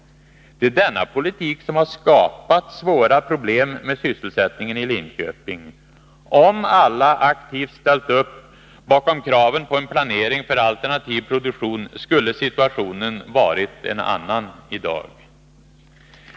Det är denna politik som skapat svåra problem med sysselsättningen i Linköping. Om alla aktivt ställt upp bakom kraven på en planering för alternativ produktion, skulle situationen i dag varit en annan.